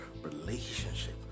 relationship